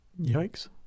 Yikes